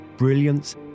Brilliance